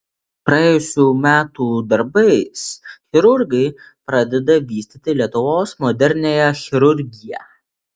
praėjusių metų darbais chirurgai pradeda vystyti lietuvos moderniąją chirurgiją